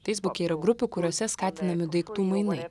feisbuke yra grupių kuriose skatinami daiktų mainai